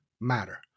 matter